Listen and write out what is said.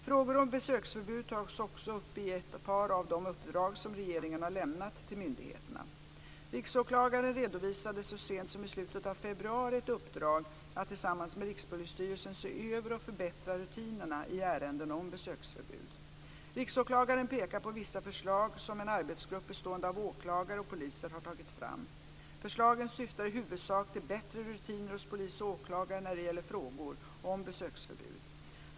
Frågor om besöksförbud tas också upp i ett par av de uppdrag som regeringen har lämnat till myndigheterna. Riksåklagaren redovisade så sent som i slutet av februari ett uppdrag att tillsammans med Rikspolisstyrelsen se över och förbättra rutinerna i ärenden om besöksförbud. Riksåklagaren pekar på vissa förslag som en arbetsgrupp bestående av åklagare och poliser har tagit fram. Förslagen syftar i huvudsak till bättre rutiner hos polis och åklagare när det gäller frågor om besöksförbud.